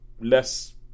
less